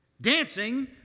dancing